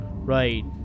Right